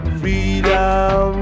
freedom